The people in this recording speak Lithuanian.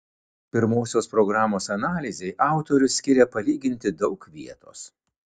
pirmosios programos analizei autorius skiria palyginti daug vietos